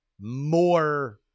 more